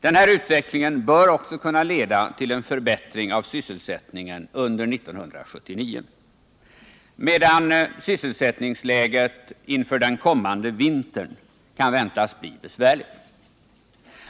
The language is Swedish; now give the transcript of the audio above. Den här utvecklingen bör också kunna leda till en förbättring av sysselsättningen under 1979, medan sysselsättningsläget inför den kommande vintern kan väntas bli besvärligt.